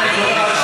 מה זה?